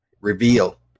reveal